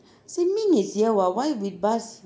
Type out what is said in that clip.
sin ming is here [what] why with bus